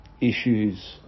issues